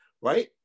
right